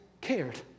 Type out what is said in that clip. cared